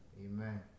Amen